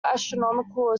astronomical